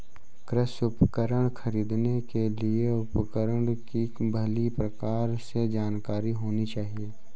कृषि उपकरण खरीदने के लिए उपकरण की भली प्रकार से जानकारी होनी चाहिए